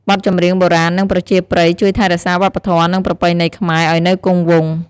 បទចម្រៀងបុរាណ និងប្រជាប្រិយជួយថែរក្សាវប្បធម៌ និងប្រពៃណីខ្មែរឱ្យនៅគង់វង្ស។